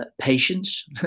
patience